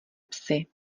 psy